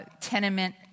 tenement